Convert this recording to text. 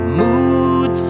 mood